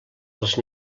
els